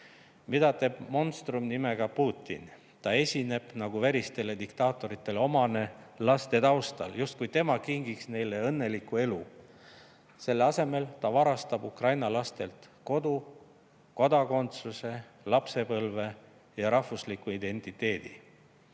Mida teeb monstrum nimega Putin? Ta esineb – nagu veristele diktaatoritele omane – laste taustal, justkui tema kingiks neile õnneliku elu. Selle asemel ta varastab ukraina lastelt kodu, kodakondsuse, lapsepõlve ja rahvusliku identiteedi.